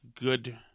good